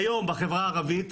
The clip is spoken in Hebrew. כיום בחברה הערבית,